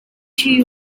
she